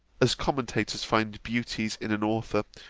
as commentators find beauties in an author,